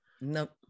Nope